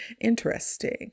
interesting